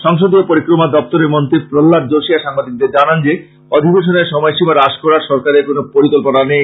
সংসদীয় পরিক্রমা দপ্তরের মন্ত্রৌ প্রহ্মাদ যোশী আজ সাংবাদিকদের জানান যে অধিবেশনের সময়সীমা হ্রাস করার কোনো পরিকল্পনা সরকারের নেই